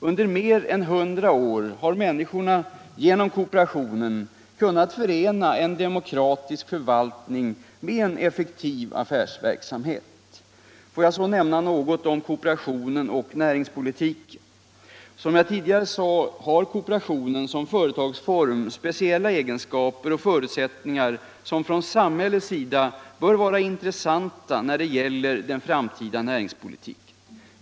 Under mer än 100 år har människorna genom kooperationen kunnat förena en demokratisk förvaltning med en effektiv affärsverksamhet. Jag vill sedan nämna något om kooperationen och näringslivet. Som jag tidigare sade har kooperationen som företagsform speciella egenskaper och förutsättningar som från samhällets sida bör vara intressanta när det gäller den framtida näringspolitiken.